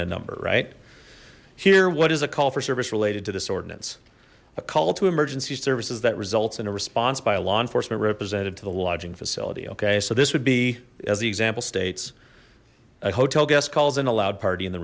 number right here what is a call for service related to this ordinance a call to emergency services that results in a response by a law enforcement representative to the lodging facility okay so this would be as the example states a hotel guest calls in a loud party in the